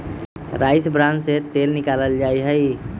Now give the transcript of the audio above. rice bran से तेल निकाल्ल जाहई